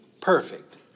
perfect